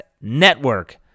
network